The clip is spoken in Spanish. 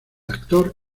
actor